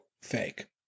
fake